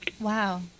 Wow